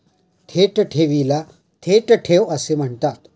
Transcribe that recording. थेट ठेवीला थेट ठेव असे म्हणतात